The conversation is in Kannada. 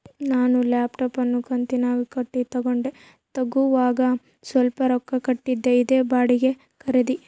ನಾನು ಲ್ಯಾಪ್ಟಾಪ್ ಅನ್ನು ಕಂತುನ್ಯಾಗ ಕಟ್ಟಿ ತಗಂಡೆ, ತಗೋವಾಗ ಸ್ವಲ್ಪ ರೊಕ್ಕ ಕೊಟ್ಟಿದ್ದೆ, ಇದೇ ಬಾಡಿಗೆ ಖರೀದಿ